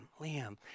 Liam